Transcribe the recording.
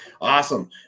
Awesome